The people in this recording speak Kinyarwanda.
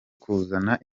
kuzana